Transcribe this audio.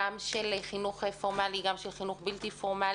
גם של חינוך פורמלי, גם של חינוך בלתי פורמלי.